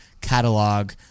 catalog